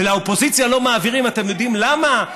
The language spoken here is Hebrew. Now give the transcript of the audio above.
ולאופוזיציה לא מעבירים, אתם יודעים למה?